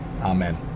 Amen